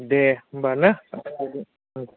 दे होनबा ना ओम